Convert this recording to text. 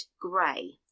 grey